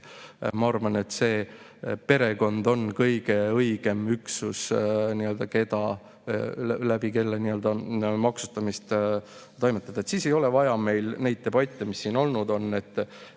Ma arvan, et perekond oleks kõige õigem üksus, kelle kaudu maksustamist toimetada. Siis ei oleks vaja meil neid debatte, mis siin olnud on, et